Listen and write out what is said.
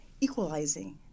equalizing